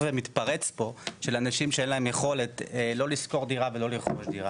ומתפרץ פה של אנשים שאין להם יכולת לא לשכור דירה ולא לרכוש דירה.